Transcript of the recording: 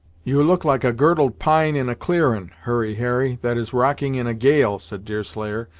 you look like a girdled pine in a clearin', hurry harry, that is rocking in a gale, said deerslayer,